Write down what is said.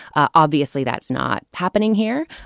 obviously, that's not happening here,